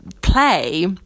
play